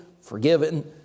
forgiven